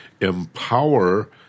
empower